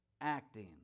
acting